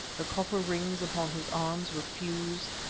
the copper rings upon his arms were fused,